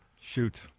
Shoot